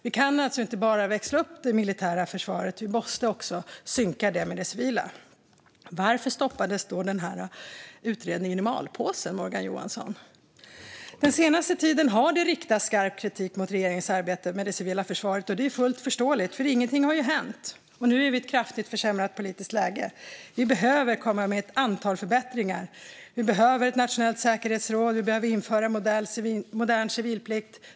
Vi kan alltså inte bara växla upp det militära försvaret, utan vi måste också synka det med det civila. Varför stoppades denna utredning i malpåse, Morgan Johansson? Den senaste tiden har det riktats skarp kritik mot regeringens arbete med det civila försvaret. Det är fullt förståeligt, för ingenting har hänt. Och nu är vi i ett kraftigt försämrat säkerhetspolitiskt läge. Det behövs ett antal förbättringar. Vi behöver ett nationellt säkerhetsråd. Vi behöver införa en modern civilplikt.